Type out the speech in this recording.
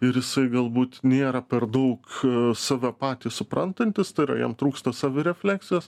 ir jisai galbūt nėra per daug save patį suprantantis tai yra jam trūksta savirefleksijos